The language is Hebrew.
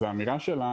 אז האמירה שלה,